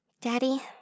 Daddy